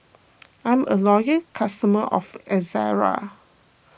I'm a loyal customer of Ezerra